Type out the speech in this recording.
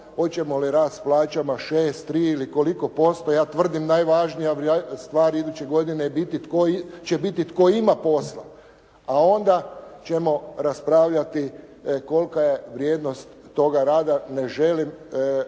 hoćemo li rast plaćama 6, 3 ili koliko posto. Ja tvrdim najvažnija stvar iduće godine je biti, će biti tko ima posla. A onda ćemo raspravljati kolika je vrijednost toga rada. Ne želim podilaziti